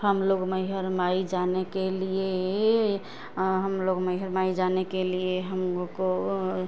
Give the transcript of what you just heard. हम लोग मइहर माई जाने के लिए हम लोग मइहर माई जाने के लिए हम लोग को